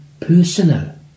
personal